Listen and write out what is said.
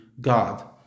God